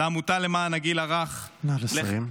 לעמותה למען הגיל הרך -- נא לסיים.